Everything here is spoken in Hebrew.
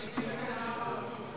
שני כתבי-אישום.